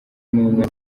n’umwe